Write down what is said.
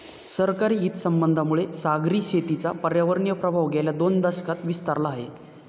सरकारी हितसंबंधांमुळे सागरी शेतीचा पर्यावरणीय प्रभाव गेल्या दोन दशकांत विस्तारला आहे